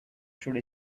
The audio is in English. should